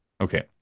okay